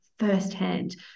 firsthand